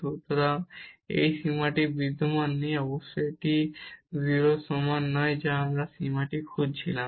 সুতরাং এই সীমাটি বিদ্যমান নেই বা অবশ্যই এটি 0 এর সমান নয় যা আমরা এই সীমাটি খুঁজছিলাম